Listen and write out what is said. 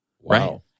Wow